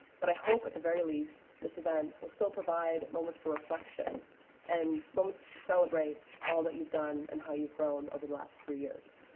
but i hope at the very least, this will still provide moments for reflection and moments to celebrate all that you've done and how you've grown over the last three years.